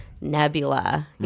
Nebula